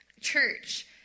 church